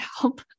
help